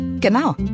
Genau